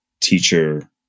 teacher